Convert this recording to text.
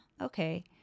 Okay